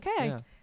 okay